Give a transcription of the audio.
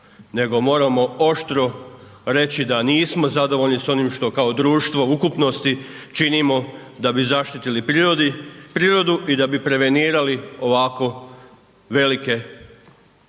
moramo oštro reći da nismo zadovoljni sa onim što kao društvo u ukupnosti činimo da bi zaštitili prirodu i da bi prevenirali ovako velike